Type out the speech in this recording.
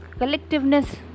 collectiveness